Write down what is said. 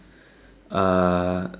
uh